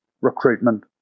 recruitment